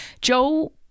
Joel